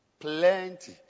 Plenty